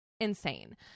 insane